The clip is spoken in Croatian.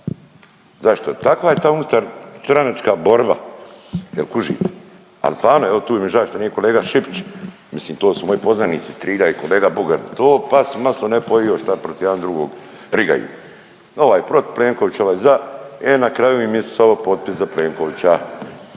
zašto je, takva je ta unutar stranačka borba. Jel kužite, al stvarno evo tu mi je žao što nije kolega Šipić. Mislim to su moji poznanici iz Trilja i kolega Bugarin to pas s maslom ne bi pojio šta protiv jedan drugog rigaju. Ovaj protiv Plenkovića, ovaj za e na kraju im je /Govornik se na